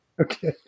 Okay